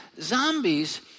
zombies